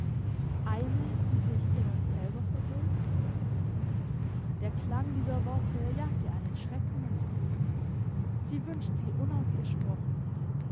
eine die sich in uns selber verbirgt der klang dieser worte jagt ihr einen schrecken ins blut sie wünscht sie unausgesprochen